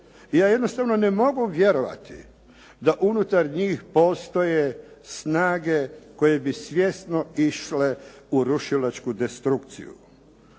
Ja jednostavno ne mogu vjerovati da unutar njih postoje snage koje bi svjesno išle u rušilačku destrukciju.